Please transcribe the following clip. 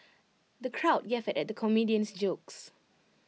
the crowd guffawed at the comedian's jokes